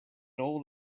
old